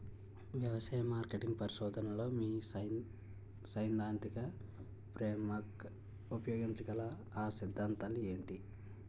వ్యవసాయ మార్కెటింగ్ పరిశోధనలో మీ సైదాంతిక ఫ్రేమ్వర్క్ ఉపయోగించగల అ సిద్ధాంతాలు ఏంటి?